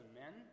men